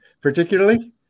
particularly